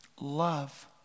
love